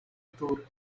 tour